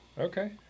Okay